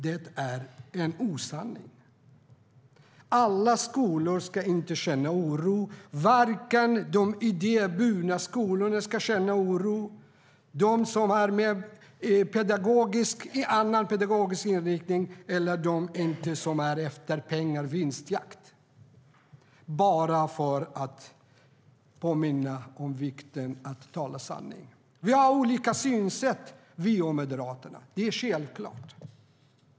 Det är en osanning. Ingen skola ska känna oro, varken de idéburna skolorna, de skolor som har annan pedagogisk inriktning eller de skolor som är ute efter pengar och vinstjakt - bara för att påminna om vikten av att tala sanning. Vi har olika synsätt, vi och Moderaterna. Det är självklart.